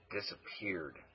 disappeared